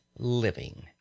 living